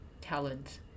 talent